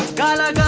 gala